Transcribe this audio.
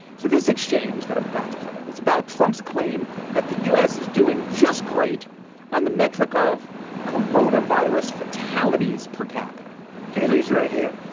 so this exchange that i'm about to play, it was about trump's claim that the u s. is doing just great on the metric of corona virus fatalities per capita kaylee's right here.